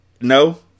No